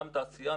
גם תעשייה,